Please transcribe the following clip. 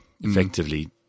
effectively